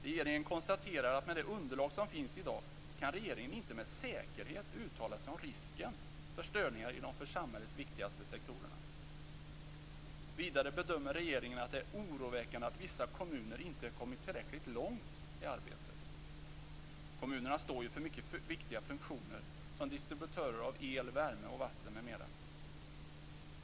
Regeringen konstaterar att med det underlag som finns i dag kan regeringen inte med säkerhet uttala sig om risken för störningar i de för samhället viktigaste sektorerna. Vidare bedömer regeringen att det är oroväckande att vissa kommuner inte kommit tillräckligt långt i arbetet. Kommunerna står ju för mycket viktiga funktioner som distributörer av el, värme och vatten m.m.